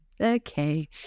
Okay